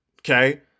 Okay